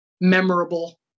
memorable